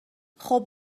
خوب